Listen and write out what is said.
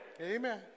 Amen